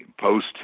post